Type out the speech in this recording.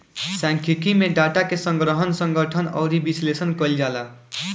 सांख्यिकी में डाटा के संग्रहण, संगठन अउरी विश्लेषण कईल जाला